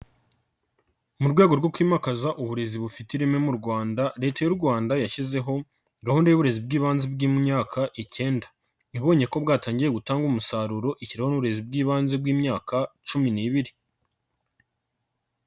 Mu rwego rwo kwimakaza uburezi bufite ireme mu Rwanda, Leta y'u Rwanda yashyizeho gahunda y'uburezi bw'ibanze bw'imyaka ikenda. Ibonye ko bwatangiye gutanga umusaruro ishyiraho n'uburezi bw'ibanze bw'imyaka cumi n'ibiri.